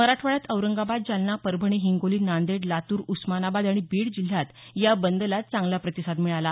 मराठवाड्यात औरंगाबाद जालना परभणी हिंगोली नांदेड लातूर उस्मानाबाद आणि बीड जिल्ह्यात या बंदला चांगला प्रतिसाद मिळाला